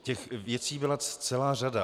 Těch věcí byla celá řada.